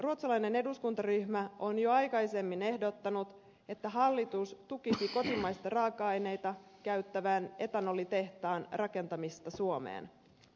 ruotsalainen eduskuntaryhmä on jo aikaisemmin ehdottanut että hallitus tukisi kotimaisia raaka aineita käyttävän etanolitehtaan rakentamista suomeen